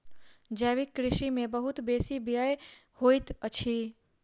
जैविक कृषि में बहुत बेसी व्यय होइत अछि